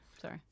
Sorry